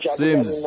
sims